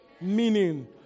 meaning